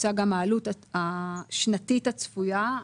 תוצג גם העלות השנתית הצפויה.